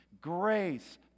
grace